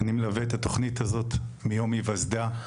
אני מלווה את התוכנית הזאת מיום היוסדה.